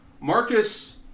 Marcus